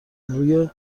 روی